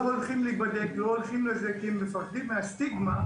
הולכים להיבדק כי הם מפחדים מן הסטיגמה,